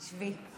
שבי.